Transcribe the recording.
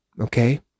Okay